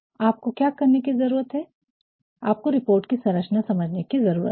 आपको क्या करने की जरूरत है आपको रिपोर्ट की संरचना समझने की जरूरत है